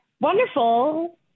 wonderful